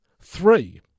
Three